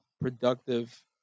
productive